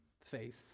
faith